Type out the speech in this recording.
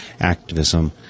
activism